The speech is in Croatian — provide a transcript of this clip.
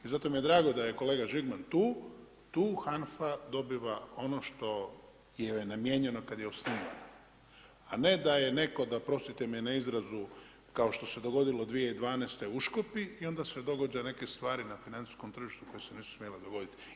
I zato mi je drago da je kolega Žigman tu, tu HANFA dobiva ono što je namijenjeno kad je osnivana, a ne da je nekoga, da mi oprostite mi na izrazu, kao što se dogodilo uškopi i onda se dogodi neke stvari na financijskom tržištu koje se nisu smjele dogoditi.